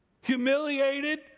humiliated